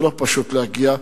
לא פשוט להגיע,